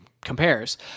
compares